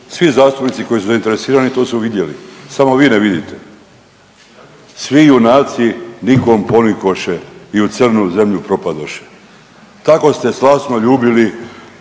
svi zastupnici koji su zainteresirani to su vidjeli, samo vi ne vidite. Svi junaci nikom ponikoše i u crnu zemlju propadoše. Tako ste slasno ljubili